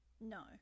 No